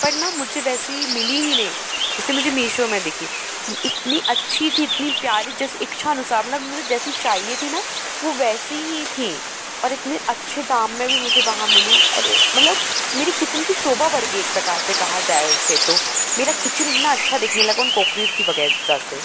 पर ना मुझे वैसी मिली ही नहीं जैसे मुझे मीशो में दिखी इतनी अच्छी थी इतनी प्यारी जैसे इच्छा अनुसार मतलब मुझे जैसी चाहिए थी ना वो वैसी ही थी और इतने अच्छे दाम में भी मुझे वहाँ मिली और मतलब मेरी किचेन की शोभा बढ़ गई एक प्रकार से कहा जाए उसे तो मेरा किचेन इतना अच्छा दिखने लगा उन कॉकरीज़ की वग़ै से